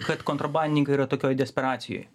kad kontrabandininkai yra tokioj desperacijoj